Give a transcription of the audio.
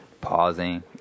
pausing